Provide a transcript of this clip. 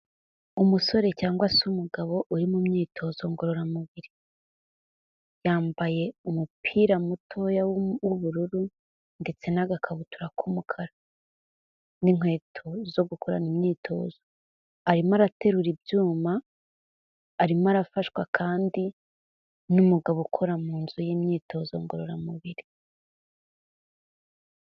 Umusore cyangwa se umugabo uri mu myitozo ngororamubiri, yambaye umupira mutoya w'ubururu, ndetse n'agakabutura k'umukara, n'inkweto zo gukorana imyitozo, arimo araterura ibyuma, arimo arafashwa kandi n'umugabo ukora mu nzu y'imyitozo ngororamubiri.